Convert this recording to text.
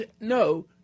no